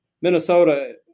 Minnesota